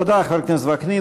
תודה, חבר הכנסת וקנין.